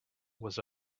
was